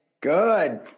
Good